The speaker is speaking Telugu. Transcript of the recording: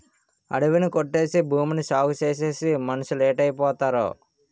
అడివి ని కొట్టేసి భూమిని సాగుచేసేసి మనుసులేటైపోతారో